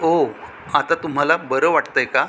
ओ आता तुम्हाला बरं वाटतं आहे का